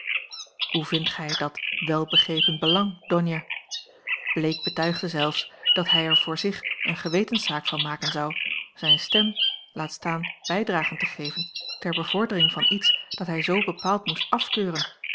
hoe vindt gij dat welbegrepen belang donia bleek betuigde zelfs dat hij er voor zich een gewetenszaak van maken zou zijn stem laat staan bijdragen te geven ter bevordering van iets dat hij zoo bepaald moest afkeuren